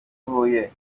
huye